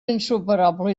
insuperable